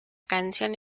canción